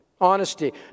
honesty